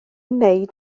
wneud